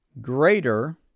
greater